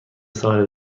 ساحل